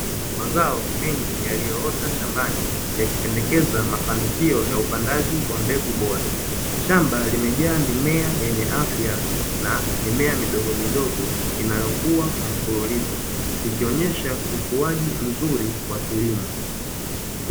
Mazao yaliyoota shambani yakipendekeza mafanikio ya upandaji wa mbegu bora. Shamba limejaa mimea yenye afya na mimea midogomidogo inayokua kwa mfululizo, ikionyesha ukuaji mzuri wa kilimo.